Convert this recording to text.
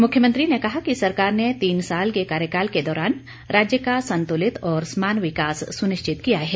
मुख्यमंत्री ने कहा कि सरकार ने तीन साल के कार्यकाल के दौरान राज्य का संतुलित और समान विकास सुनिश्चित किया है